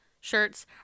shirts